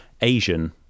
Asian